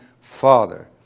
father